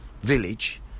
Village